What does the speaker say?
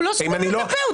הוא לא סותם את הפה.